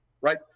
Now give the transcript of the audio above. right